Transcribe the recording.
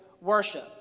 worship